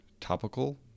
topical